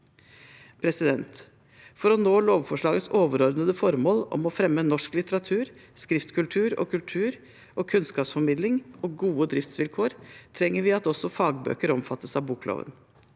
kvalitet. For å nå lovforslagets overordnede formål om å fremme norsk litteratur, skriftkultur og kultur- og kunnskapsformidling, samt gode driftsvilkår, trenger vi at også fagbøker omfattes av bokloven.